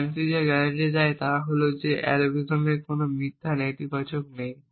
FANCI যা guarantee দেয় তা হল যে অ্যালগরিদমের কোনও মিথ্যা নেতিবাচক নেই